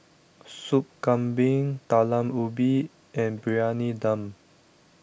Soup Kambing Talam Ubi and Briyani Dum